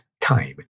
time